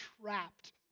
trapped